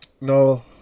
no